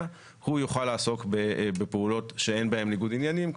- הוא יוכל לעסוק בפעולות שאין בהן ניגוד עניינים,